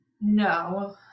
No